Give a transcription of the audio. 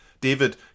David